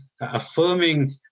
affirming